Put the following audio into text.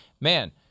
man